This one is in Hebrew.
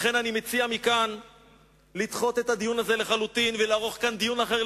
לכן אני מציע מכאן לדחות את הדיון הזה ולערוך כאן דיון אחר,